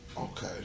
Okay